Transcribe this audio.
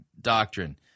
doctrine